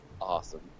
Awesome